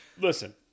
Listen